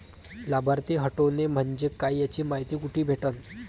लाभार्थी हटोने म्हंजे काय याची मायती कुठी भेटन?